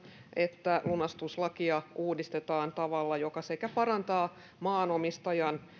että lunastuslakia uudistetaan tavalla joka sekä parantaa maanomistajan